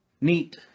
neat